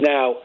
Now